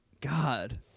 God